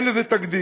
אין לזה תקדים.